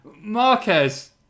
Marquez